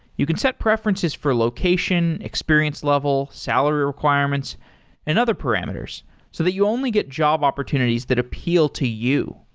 you can set preferences for location, experience level, salary requirements and other parameters so that you only get job opportunities that appeal to you.